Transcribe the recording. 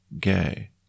gay